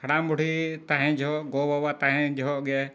ᱦᱟᱲᱟᱢᱼᱵᱩᱰᱷᱤ ᱛᱟᱦᱮᱱ ᱡᱚᱦᱚᱜ ᱜᱚᱼᱵᱟᱵᱟ ᱛᱟᱦᱮᱸ ᱡᱚᱦᱚᱜ ᱜᱮ